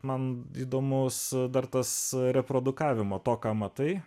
man įdomus dar tas reprodukavimo to ką matai